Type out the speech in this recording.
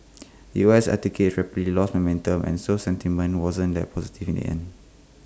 U S equities rapidly lost momentum and so sentiment wasn't that positive in the end